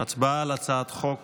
על הצעת חוק